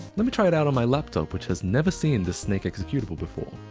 let me try it out on my laptop which has never seen this snake executable before.